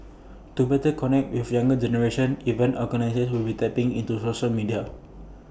to better connect with the younger generation event organisers will be tapping into social media